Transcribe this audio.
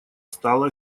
стала